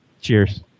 cheers